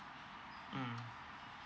mm